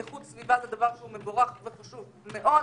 איכות סביבה זה דבר מבורך וחשוב מאוד,